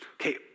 Okay